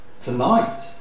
tonight